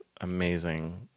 amazing